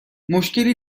مشکلی